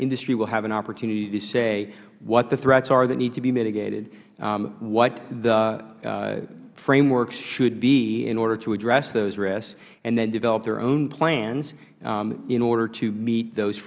industry will have an opportunity to say what the threats are that need to be mitigated what the framework should be in order to address those risks and then develop their own plans in order to meet those